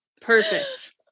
Perfect